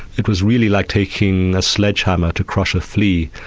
it was really like taking a sledghammer to crush a flea,